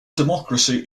democracy